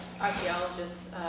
archaeologists